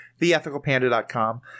theethicalpanda.com